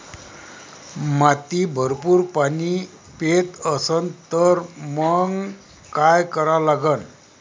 माती भरपूर पाणी पेत असन तर मंग काय करा लागन?